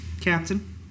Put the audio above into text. Captain